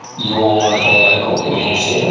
your little local community. and